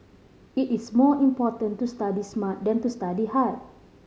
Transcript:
it is more important to study smart than to study hard